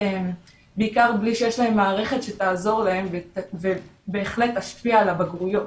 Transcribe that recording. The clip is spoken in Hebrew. בעיקר בלי שיש להם מערכת שתעזור להם ובהחלט תשפיע על הבגרויות?